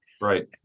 Right